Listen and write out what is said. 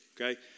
Okay